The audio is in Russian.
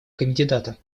кандидата